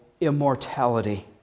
immortality